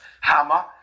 hammer